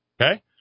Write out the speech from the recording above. okay